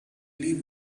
leave